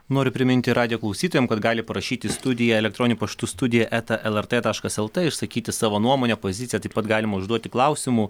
noriu priminti radijo klausytojam kad gali parašyti į studiją elektroniniu paštu studija eta el er tė taškas el tė išsakyti savo nuomonę poziciją taip pat galima užduoti klausimų